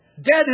Dead